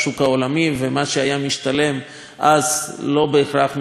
ומה שהיה משתלם אז לא בהכרח משתלם כיום,